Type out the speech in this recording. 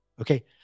okay